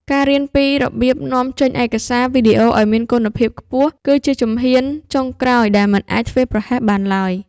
ការរៀនពីរបៀបនាំចេញឯកសារវីដេអូឱ្យមានគុណភាពខ្ពស់គឺជាជំហានចុងក្រោយដែលមិនអាចធ្វេសប្រហែសបានឡើយ។